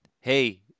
hey